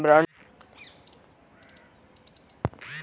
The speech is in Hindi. बॉन्ड कंपनी द्वारा जारी कॉर्पोरेट ऋण की इकाइयां हैं